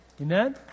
Amen